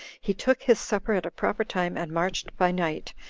he took his supper at a proper time, and marched by night,